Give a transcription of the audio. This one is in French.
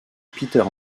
peter